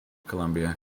columbia